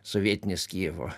sovietinis kijevo